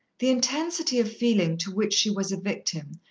the intensity of feeling to which she was a victim,